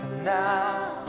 Now